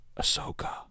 Ahsoka